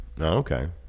Okay